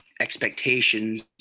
expectations